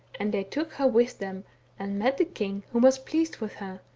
and they took her with them and met the king who was pleased with her,